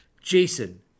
Jason